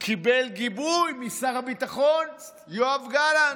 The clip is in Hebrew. קיבל גיבוי משר הביטחון יואב גלנט.